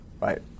Right